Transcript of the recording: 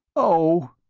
oh!